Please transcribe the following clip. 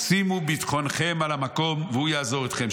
שימו ביטחונכם על המקום והוא יעזור אתכם,